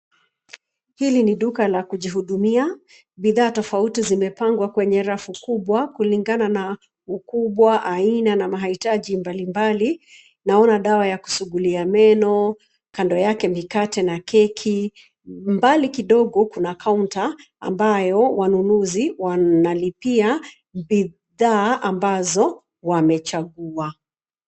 Hili ni duka la kujihudumia. Bidhaa tofauti zimepangwa kwenye rafu kubwa kulingana na ukubwa, aina na mahitaji mbalimbali. Naona dawa ya kusugulia meno, kando yake mikate na keki. Mbali kidogo kuna kaunta ambayo wanunuzi wanalipia bidhaa ambazo wamechagua.